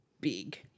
big